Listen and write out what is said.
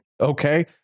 okay